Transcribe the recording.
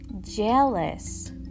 jealous